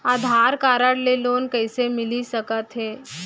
आधार card ले loan कइसे मिलिस सकत हे?